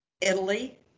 Italy